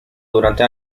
durante